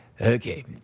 Okay